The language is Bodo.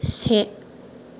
से